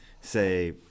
say